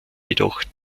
jedoch